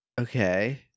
Okay